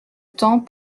temps